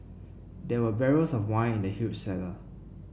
there were barrels of wine in the huge cellar